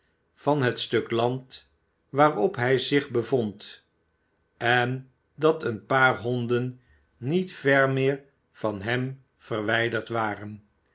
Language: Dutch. van het stuk land waarop hij zich bevond en dat een paar honden niet ver meer van hem verwijderd waren